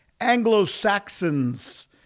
Anglo-Saxons